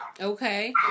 Okay